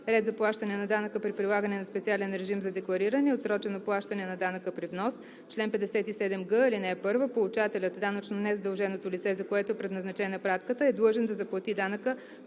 Ред за плащане на данъка при прилагане на специалния режим за деклариране и отсрочено плащане на данъка при внос Чл. 57г. (1) Получателят – данъчно незадълженото лице, за което е предназначена пратката, е длъжен да заплати данъка